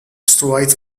zuhaitz